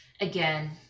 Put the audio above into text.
again